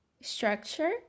structure